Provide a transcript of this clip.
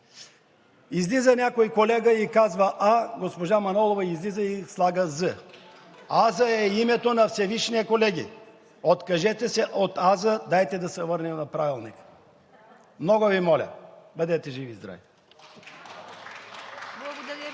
Излиза някой колега и казва: „А“. Госпожа Манолова излиза и слага „з“, а Аз-ът е името на Всевишния, колеги. Откажете се от „Аз“, дайте да се върнем на Правилника. Много Ви моля! Бъдете живи и здрави!